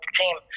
team